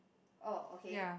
oh okay